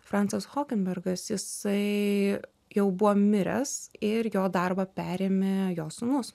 francas hokembergas jisai jau buvo miręs ir jo darbą perėmė jo sūnus